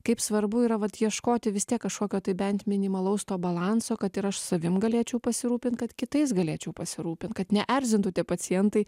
kaip svarbu yra vat ieškoti vis tiek kažkokio tai bent minimalaus to balanso kad ir aš savim galėčiau pasirūpint kad kitais galėčiau pasirūpint kad neerzintų tie pacientai